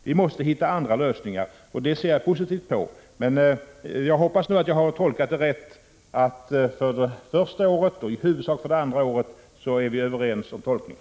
Vi måste hitta andra lösningar, och det ser jag positivt på. Jag hoppas nu att jag har förstått Håkan Strömberg rätt och att vi är överens om tolkningen för första året och i huvudsak för det andra året.